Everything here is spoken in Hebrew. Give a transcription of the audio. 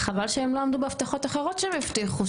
חבל שהם לא עמדו בהבטחות אחרות שהם הבטיחו,